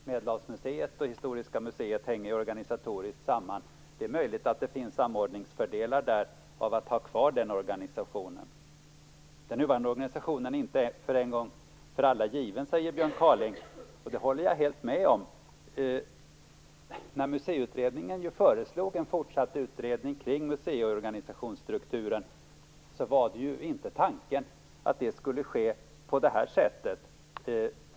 Medelhavsmuseet och Historiska museet hänger organisatoriskt samman, och det är möjligt att det finns samordningsfördelar med att ha kvar den organisationen. Den nuvarande organisationen är inte en gång för alla given, säger Björn Kaaling. Det håller jag helt med om. När Museiutredningen föreslog en fortsatt utredning kring museiorganisationsstrukturen var inte tanken att det skulle ske på det här sättet.